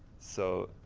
so,